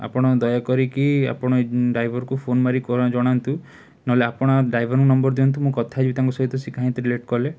ଆପଣ ଦୟା କରିକି ଆପଣ ଡ୍ରାଇଭରକୁ ଫୋନ ମାରିକି ଜଣାନ୍ତୁ ନହେଲେ ଆପଣ ଡ୍ରାଇଭରଙ୍କ ନମ୍ବର ଦିଅନ୍ତୁ ମୁଁ କଥା ହେବି ତାଙ୍କ ସହିତ ସିଏ କାହିଁ ଏତେ ଲେଟ୍ କଲେ